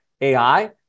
AI